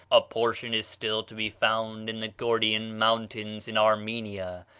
a portion is still to be found in the gordyan mountains in armenia,